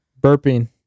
burping